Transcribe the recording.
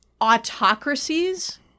autocracies